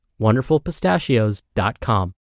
wonderfulpistachios.com